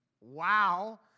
Wow